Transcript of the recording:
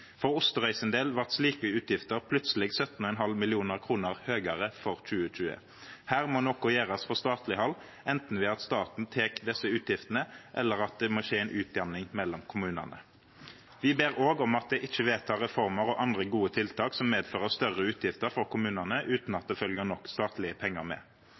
For Osterøy sin del vart slike utgifter plutseleg 17,5 millionar kroner høgare for 2020. Her må noko gjerast frå statleg hald, anten ved at staten tek alle desse utgiftene, eller at det må skje ein utjamning mellom kommunane. Vi ber òg om at de ikkje vedtar reformer og andre gode tiltak som medfører større utgifter for kommunane utan at det følgjer nok statlege pengar med.